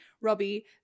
Robbie